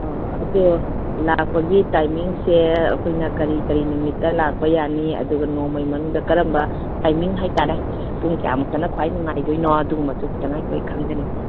ꯑꯥꯎ ꯑꯗꯣ ꯂꯥꯛꯄꯒꯤ ꯇꯥꯏꯃꯤꯡꯁꯦ ꯑꯩꯈꯣꯏꯅ ꯀꯔꯤ ꯀꯔꯤ ꯅꯨꯃꯤꯇ ꯂꯥꯛꯄ ꯌꯥꯅꯤ ꯑꯗꯨꯒ ꯅꯣꯡꯃꯩ ꯃꯅꯨꯡꯗ ꯀꯥꯔꯝꯕ ꯇꯥꯏꯃꯤꯡ ꯍꯥꯏꯇꯥꯔꯦ ꯄꯨꯡ ꯀꯌꯥꯃꯨꯛꯇꯅ ꯈ꯭ꯋꯥꯏ ꯅꯨꯡꯉꯥꯏꯗꯣꯏꯅꯣ ꯑꯗꯨꯒꯨꯝꯕꯗꯨꯁꯨ ꯈꯤꯇꯪ ꯑꯩꯈꯣꯏ ꯈꯪꯖꯅꯤꯡꯉꯤ